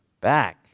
back